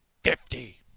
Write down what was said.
Fifty